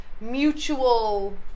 mutual